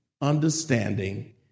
understanding